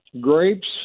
grapes